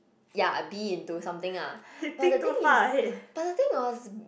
ya B into something ah but the thing is but thing was